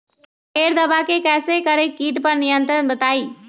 बगैर दवा के कैसे करें कीट पर नियंत्रण बताइए?